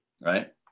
Right